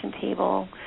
table